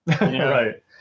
Right